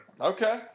Okay